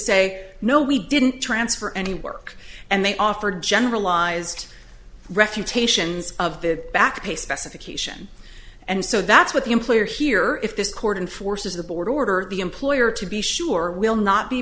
say no we didn't transfer any work and they offered generalized refutations of the back pay specification and so that's what the employer here if this court and forces the board order the employer to be sure will not be